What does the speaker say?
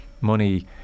money